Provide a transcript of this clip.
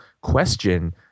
question